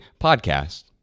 podcast